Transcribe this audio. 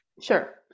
Sure